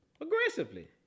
aggressively